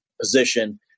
position